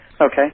Okay